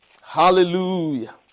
Hallelujah